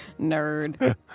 Nerd